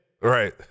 right